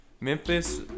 Memphis